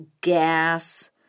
gas